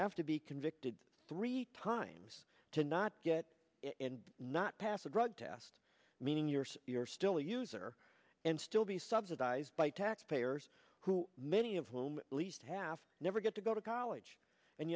have to be convicted three times to not get it and not pass a drug test meaning years you're still a user and still be subsidized by taxpayers who many of whom least half never get to go to college and